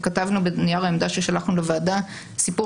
כתבנו בנייר העמדה ששלחנו לוועדה סיפור